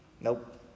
nope